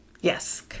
Yes